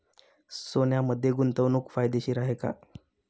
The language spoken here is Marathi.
सोन्यामध्ये गुंतवणूक फायदेशीर आहे का?